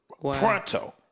pronto